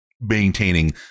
maintaining